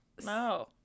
No